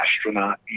Astronaut